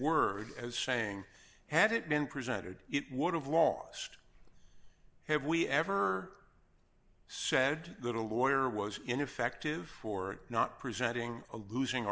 word as saying had it been presented it would have lost have we ever said that a lawyer was ineffective for not presenting a losing